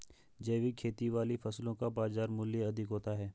जैविक खेती वाली फसलों का बाजार मूल्य अधिक होता है